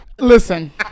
Listen